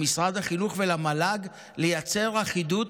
למשרד החינוך ולמל"ג לייצר אחידות,